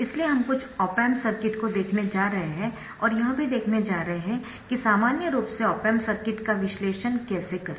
इसलिए हम कुछ ऑप एम्प सर्किट को देखने जा रहे है और यह भी देखने जा रहे है कि सामान्य रूप से op amp सर्किट का विश्लेषण कैसे करें